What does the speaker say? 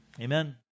Amen